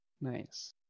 nice